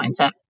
mindset